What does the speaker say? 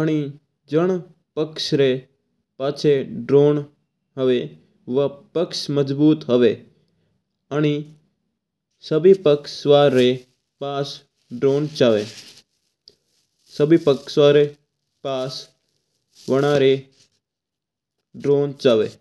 आनी जन पक्ष कन्न ड्रोन हुआ है वोओ पक्ष मजबूत हुआ है। आज कल्ल सभी पक्ष कन्न ड्रोन चावा।